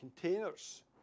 containers